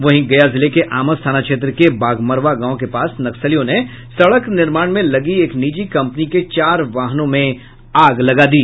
वहीं गया जिले के आमस थाना क्षेत्र के बाघमरवा गांव के पास नक्सलियों ने सड़क निर्माण में लगी एक निजी कंपनी के चार वाहनों में आग लगा दी